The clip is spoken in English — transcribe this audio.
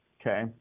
Okay